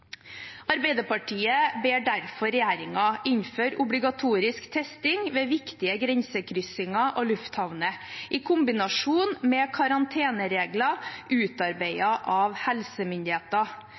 Arbeiderpartiet ber derfor regjeringen innføre obligatorisk testing ved viktige grensekryssinger og lufthavner, i kombinasjon med karanteneregler